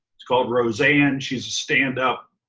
it's called roseanne. she's a stand up,